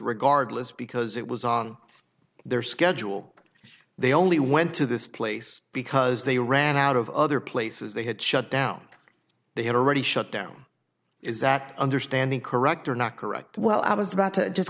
regardless because it was on their schedule they only went to this place because they ran out of other places they had shut down they had already shut down is that understanding correct or not correct well i was about to just